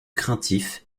craintif